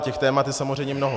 Těch témat je samozřejmě mnoho.